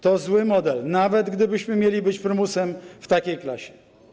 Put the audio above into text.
To zły model, nawet gdybyśmy mieli być prymusem w takiej klasie.